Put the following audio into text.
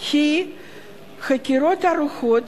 היא חקירות ארוכות,